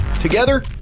Together